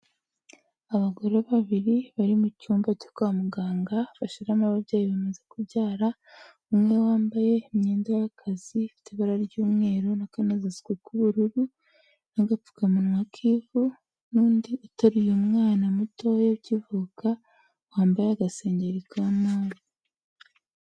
Abagore babiri bari mu cyumba cyo kwa muganga bashiramo ababyeyi bamaze kubyara, umwe wambaye imyenda y'akazi, ifite ibara ry'umweru n'akanozasuku k'ubururu, n'agapfukamunwa k'ivu, n'undi iteruye umwana mutoya ukivuka, wambaye agasengeri ka move